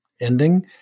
ending